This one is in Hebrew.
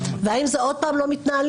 והאם זה עוד פעם לא מתנהלים,